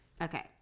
Okay